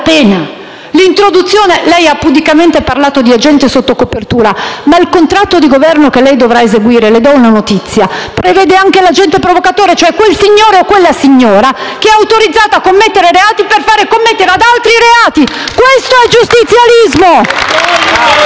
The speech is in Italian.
della pena. Lei ha pudicamente parlato di agente sotto copertura, ma il contratto di Governo che lei dovrà eseguire - le do una notizia - prevede anche l'agente provocatore, cioè quel signore o quella signora che è autorizzata a commettere reati per fare commettere ad altri reati. Questo è giustizialismo!